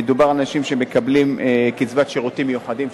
אנשים שמקבלים קצבת שירותים מיוחדים,